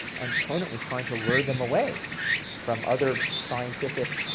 and conant was trying to lure them away from other scientific